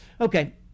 Okay